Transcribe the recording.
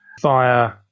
via